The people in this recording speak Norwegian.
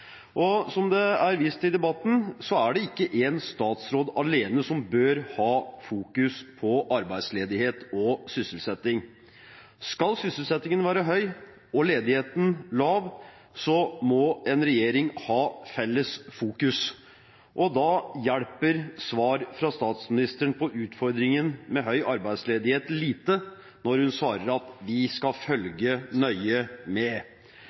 Som det er vist til i debatten, er det ikke én statsråd alene som bør ha fokus på arbeidsledighet og sysselsetting. Skal sysselsettingen være høy og ledigheten lav, må en regjering ha felles fokus. Da hjelper svaret fra statsministeren på utfordringen med høy arbeidsledighet lite, når hun svarer at de skal følge nøye med.